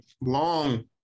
long